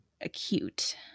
acute